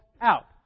out